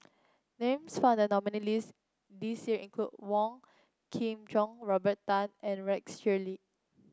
names found in the nominees' list this year include Wong Kin Jong Robert Tan and Rex Shelley